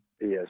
Yes